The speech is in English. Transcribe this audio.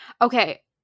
okay